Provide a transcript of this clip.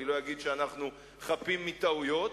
אני לא אגיד שאנחנו חפים מטעויות,